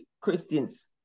Christians